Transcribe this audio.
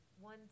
one